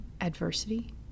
adversity